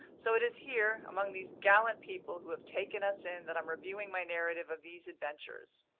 so it is here, among these gallant people who have taken us in, that i'm reviewing my narrative of these adventures.